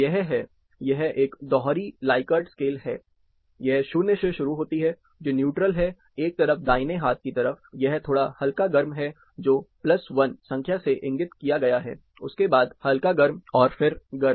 यह है यह एक दोहरी लाइकेर्ट स्केल है यह 0 से शुरू होती है जो न्यूट्रल है एक तरफ दाहिने हाथ की तरफ यह थोड़ा हल्का गर्म है जो 1 संख्या से इंगित किया गया है उसके बाद हल्का गर्म और फिर गर्म